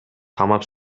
камап